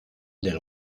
del